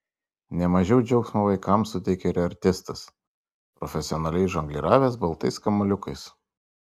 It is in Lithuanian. ne mažiau džiaugsmo vaikams suteikė ir artistas profesionaliai žongliravęs baltais kamuoliukais